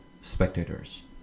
spectators